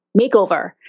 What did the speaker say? makeover